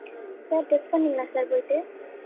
sir test பண்ணிங்களா sir போய்விட்டு